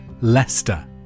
Leicester